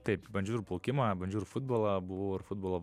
taip bandžiau ir plaukimą bandžiau ir futbolą buvau ir futbolo